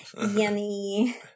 Yummy